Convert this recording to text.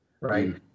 right